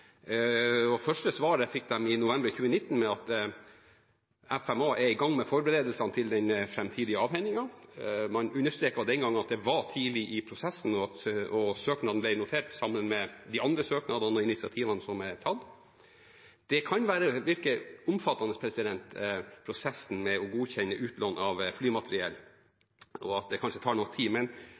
og det første svaret de fikk, i november 2019, var at Forsvarsmateriell var i gang med forberedelsene til den framtidige avhendingen. Man understreket den gangen at det var tidlig i prosessen, og at søknaden ble notert sammen med de andre søknadene og initiativene som er tatt. Den kan virke omfattende, prosessen med å godkjenne utlån av flymateriell, og den tar kanskje noe tid,